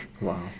Wow